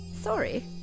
sorry